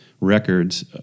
records